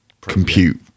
compute